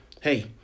hey